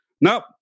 nope